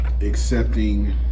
accepting